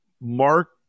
Mark